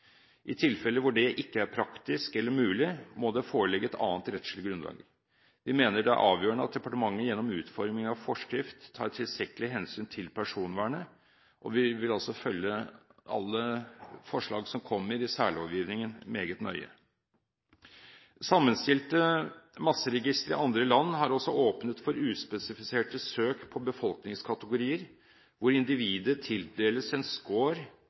I tilfeller hvor det ikke er praktisk eller mulig, må det foreligge et annet rettslig grunnlag. Vi mener det er avgjørende at departementet gjennom utforming av forskrift tar tilstrekkelig hensyn til personvernet, og vi vil altså følge alle forslag som kommer i særlovgivningen meget nøye. Sammenstilte masseregistre i andre land har også åpnet for uspesifiserte søk på befolkningskategorier hvor individet tildeles en